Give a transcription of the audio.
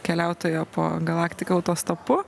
keliautojo po galaktiką autostopu